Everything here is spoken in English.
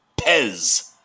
Pez